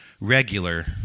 regular